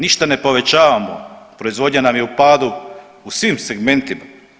Ništa ne povećavamo, proizvodnja nam je u padu u svim segmentima.